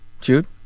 Jude